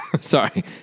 Sorry